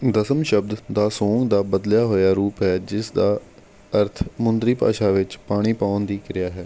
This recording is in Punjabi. ਦਸਮ ਸ਼ਬਦ ਦਾਸੋਂਗ ਦਾ ਬਦਲਿਆ ਹੋਇਆ ਰੂਪ ਹੈ ਜਿਸ ਦਾ ਅਰਥ ਮੁੰਦਰੀ ਭਾਸ਼ਾ ਵਿੱਚ ਪਾਣੀ ਪਾਉਣ ਦੀ ਕਿਰਿਆ ਹੈ